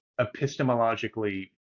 epistemologically